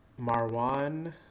Marwan